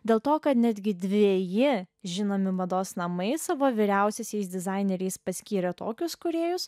dėl to kad netgi dveji žinomi mados namai savo vyriausiaisiais dizaineriais paskyrė tokius kūrėjus